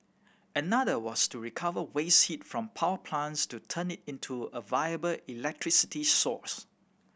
another was to recover waste heat from power plants to turn it into a viable electricity source